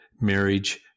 marriage